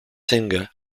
singer